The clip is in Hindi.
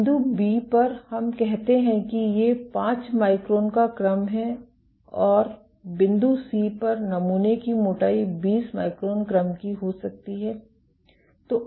बिंदु B पर हम कहते हैं कि ये 5 माइक्रोन का क्रम है और बिंदु C पर नमूने की मोटाई 20 माइक्रोन क्रम की हो सकती है